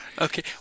Okay